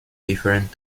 different